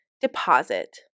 deposit